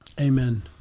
Amen